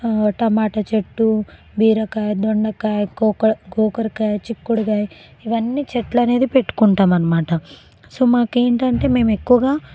టమాటా చెట్టు బీరకాయ దొండకాయ కాకరకాయ చిక్కుడుకాయ ఇవన్నీ చెట్లు అనేది పెట్టుకుంటాము అన్నమాట సో మాకు ఏంటంటే మేము ఎక్కువగా